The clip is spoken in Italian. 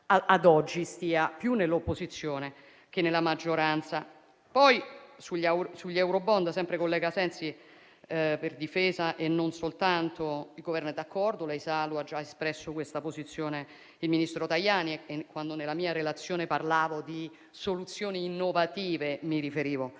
ad oggi stia più nell'opposizione che nella maggioranza. Sugli eurobond, sempre collega Sensi, per difesa e non soltanto, il Governo è d'accordo. Lei sa - ha già espresso questa posizione il ministro Tajani - che quando nella mia relazione parlavo di soluzioni e strumenti innovativi, mi riferivo